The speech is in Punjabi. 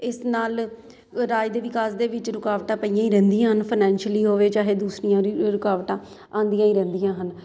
ਇਸ ਨਾਲ ਅ ਰਾਜ ਦੇ ਵਿਕਾਸ ਦੇ ਵਿੱਚ ਰੁਕਾਵਟ ਪਈਆਂ ਹੀ ਰਹਿੰਦੀਆਂ ਹਨ ਫਨੈਂਸ਼ਲੀ ਹੋਵੇ ਚਾਹੇ ਦੂਸਰੀਆਂ ਰਿ ਰੁਕਾਵਟਾਂ ਆਉਂਦੀਆਂ ਹੀ ਰਹਿੰਦੀਆਂ ਹਨ